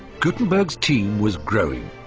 gutenberg's team was growing.